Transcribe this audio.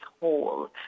whole